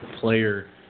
player